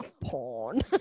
porn